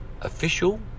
Official